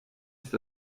ist